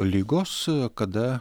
ligos kada